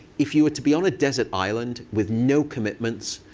if you were to be on a desert island with no commitments,